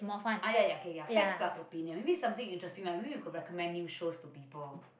ah ya ya K ya facts plus opinions maybe something interesting maybe we could recommend new shows to people